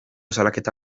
salaketa